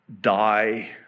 die